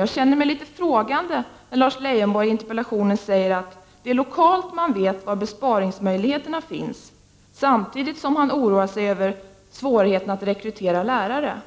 Jag känner mig litet frågande när Lars Leijonborg i interpellationen säger att det är lokalt man vet var besparingsmöjligheterna finns, samtidigt som han oroar sig över svårigheterna att rekrytera lärare.